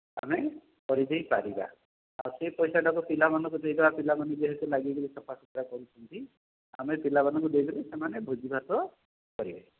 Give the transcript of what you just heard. ଆମେ କରିଦେଇ ପାରିବା ଆଉ ସେହି ପଇସାଟାକୁ ପିଲାମାନଙ୍କୁ ଦେଇଦେବା ପିଲାମାନେ ଯେହେତୁ ଲାଗିକିରି ସଫା ସୁତୁରା କରିଛନ୍ତି ଆମେ ପିଲାମାନଙ୍କୁ ଦେଇଦେଲେ ସେମାନେ ଭୋଜିଭାତ କରିବେ